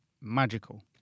magical